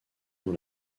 dans